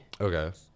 Okay